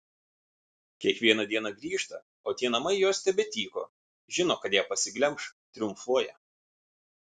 kiekvieną dieną grįžta o tie namai jos tebetyko žino kad ją pasiglemš triumfuoja